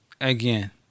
again